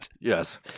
Yes